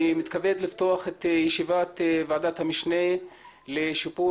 אני מתכבד לפתוח את ישיבת ועדת המשנה לשיפור